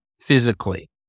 physically